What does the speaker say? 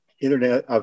internet